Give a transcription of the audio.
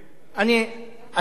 אתם חלק מהאשמה.